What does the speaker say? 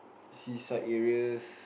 seaside areas